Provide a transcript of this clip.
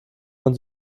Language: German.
von